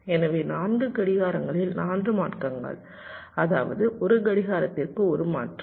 எனவே 4 கடிகாரங்களில் 4 மாற்றங்கள் அதாவது ஒரு கடிகாரத்திற்கு ஒரு மாற்றம்